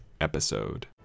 episode